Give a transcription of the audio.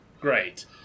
Great